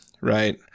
right